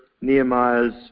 Nehemiah's